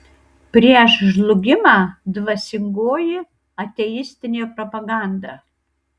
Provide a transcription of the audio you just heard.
prieš žlugimą dvasingoji ateistinė propaganda